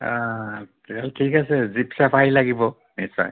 অঁ তেতিয়াহ'লে ঠিক আছে জীপ চাফাৰী লাগিব নিশ্চয়